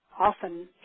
often